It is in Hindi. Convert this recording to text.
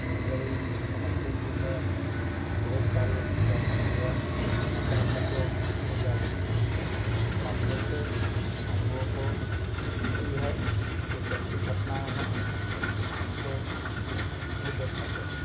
रह गई समस्तीपुर में बहुत सारी ऐसी जानकारी है जो समाचारपत्रों के जान माध्यम से हम लोगों को मिलती है कुछ ऐसी घटनाएँ हैं जिनको नहीं दे पाते हैं